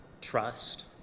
Trust